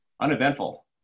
uneventful